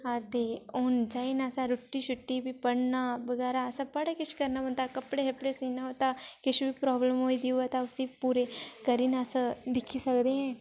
हां ते हून जाई नै अ'सें रुट्टी शुट्टी बी पढ़ना बगैरा अ'सें बड़ा किश करना पौंदा कपड़े शपड़े सीना उल्टा किश बी प्रॉब्लम होई दी होऐ तां उ'सी पूरी करी नां अस दिक्खी सकदे